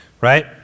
right